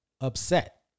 upset